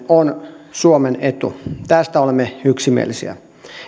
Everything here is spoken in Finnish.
on suomen etu tästä olemme yksimielisiä